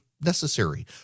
necessary